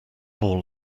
more